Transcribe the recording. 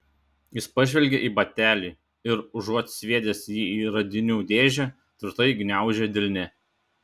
jis pažvelgė į batelį ir užuot sviedęs jį į radinių dėžę tvirtai gniaužė delne